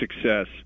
success